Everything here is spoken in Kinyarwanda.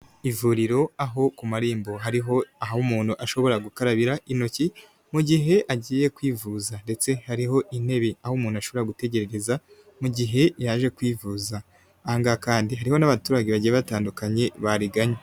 Ivuriro aho ku marembo hariho aho umuntu ashobora gukarabira intoki mu gihe agiye kwivuza, ndetse hariho intebe aho umuntu ashobora gutegerereza mu gihe yaje kwivuza ahangaha kandi hariho n'abaturage bagiye batandukanye bariganye.